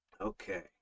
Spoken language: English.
okay